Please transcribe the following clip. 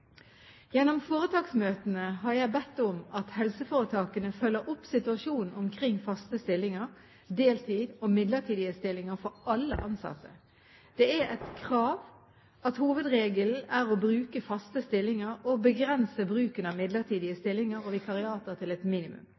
Gjennom foretaksmøtene har jeg bedt om at helseforetakene følger opp situasjonen omkring faste stillinger, deltids- og midlertidige stillinger for alle ansatte. Det er et krav at hovedregelen er å bruke faste stillinger og begrense bruken av midlertidige stillinger og vikariater til et minimum.